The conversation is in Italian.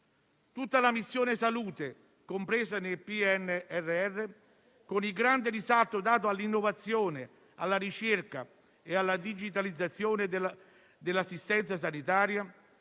Tutta la missione salute compresa nel PNRR, con il grande risalto dato all'innovazione, alla ricerca e alla digitalizzazione dell'assistenza sanitaria,